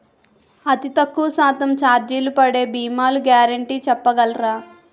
అతి తక్కువ శాతం ఛార్జీలు పడే భీమాలు గ్యారంటీ చెప్పగలరా?